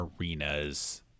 arenas